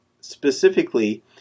specifically